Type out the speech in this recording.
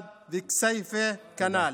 וכסייפה כנ"ל.